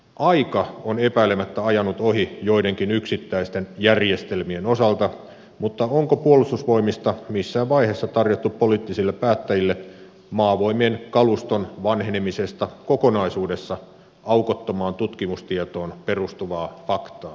aika on epäilemättä ajanut ohi joidenkin yksittäisten järjestelmien osalta mutta onko puolustusvoimista missään vaiheessa tarjottu poliittisille päättäjille maavoimien kaluston vanhenemisesta kokonaisuudessa aukottomaan tutkimustietoon perustuvaa faktaa